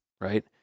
right